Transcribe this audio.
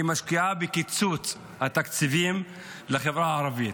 היא משקיעה בקיצוץ התקציבים לחברה הערבית.